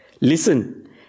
Listen